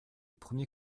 premier